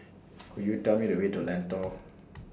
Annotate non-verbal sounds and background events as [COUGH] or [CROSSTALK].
[NOISE] Could YOU Tell Me The Way to Lentor